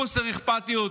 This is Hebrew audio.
חוסר אכפתיות,